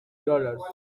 dollars